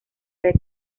red